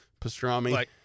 Pastrami